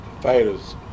fighters